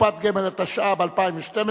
בקופת גמל), התשע"ב 2012,